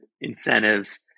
incentives